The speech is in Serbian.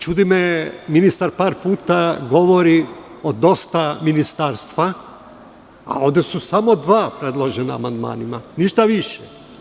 Čudi me, ministar par puta govori o dosta ministarstava, a ovde su samo dva predložena amandmanima, ništa više.